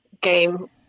game